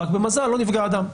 רק במזל לא נפגע אדם.